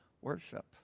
worship